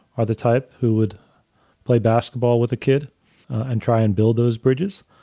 are the type who would play basketball with a kid and try and build those bridges,